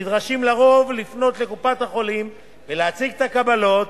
נדרשים על-פי רוב לפנות אל קופת-החולים ולהציג את הקבלות